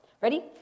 Ready